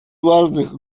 важных